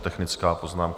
Technická poznámka.